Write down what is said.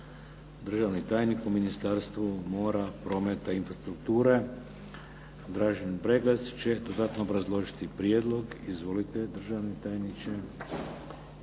Državni tajnik u Ministarstvu mora, prometa i infrastrukture Dražen Breglec će dodatno obrazložiti prijedlog. Izvolite državni tajniče.